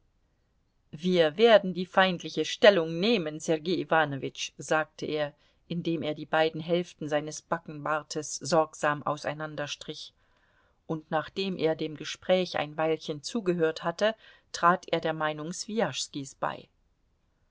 wir werden die feindliche stellung nehmen sergei iwanowitsch sagte er indem er die beiden hälften seines backenbartes sorgsam auseinanderstrich und nachdem er dem gespräch ein weilchen zugehört hatte trat er der meinung swijaschskis bei